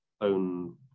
own